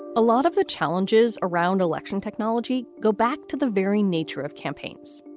a lot of the challenges around election technology go back to the very nature of campaigns.